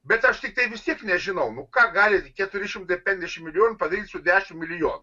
bet aš tiktai vis tiek nežinau nu ką gali keturi šimtai penkiasdešimt milijonų padaryt su dešimt milijonų